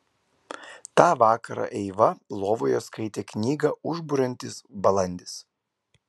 tą vakarą eiva lovoje skaitė knygą užburiantis balandis